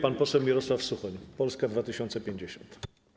Pan poseł Mirosław Suchoń, Polska 2050.